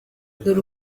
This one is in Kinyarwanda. dore